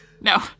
No